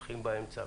דרך האמצע.